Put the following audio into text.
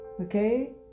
Okay